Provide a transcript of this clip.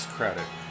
Credit